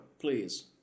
please